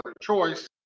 choice